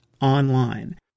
online